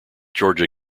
georgia